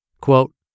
Quote